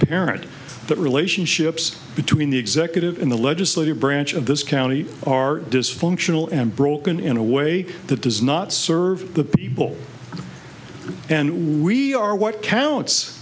apparent that relationships between the executive in the legislative branch of this county are dysfunctional and broken in a way that does not serve the people and we are what counts